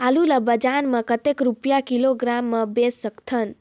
आलू ला बजार मां कतेक रुपिया किलोग्राम म बेच सकथन?